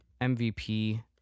MVP